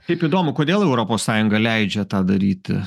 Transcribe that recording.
taip įdomu kodėl europos sąjunga leidžia tą daryti